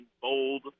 Bold